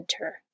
enter